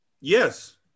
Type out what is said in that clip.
Yes